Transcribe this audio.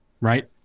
right